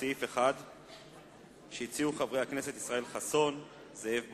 לסעיף 1 שהציעו חברי הכנסת ישראל חסון, זאב בוים,